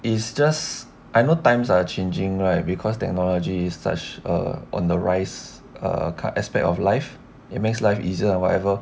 is just I know times are changing right because technology is such err on the rise err aspect of life it makes life easier or whatever